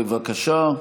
בבקשה.